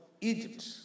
Egypt